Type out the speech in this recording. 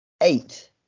eight